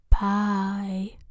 Bye